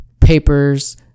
papers